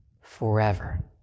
forever